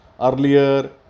earlier